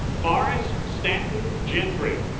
forest stanton gentry